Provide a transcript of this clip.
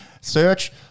search